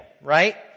Right